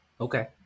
Okay